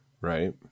right